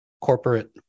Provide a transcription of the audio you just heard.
corporate